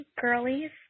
girlies